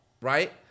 right